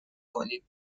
کنیم